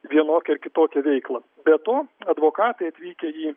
vienokią ar kitokią veiklą be to advokatai atvykę į